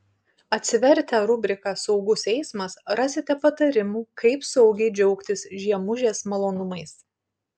atsivertę rubriką saugus eismas rasite patarimų kaip saugiai džiaugtis žiemužės malonumais